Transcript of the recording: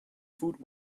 food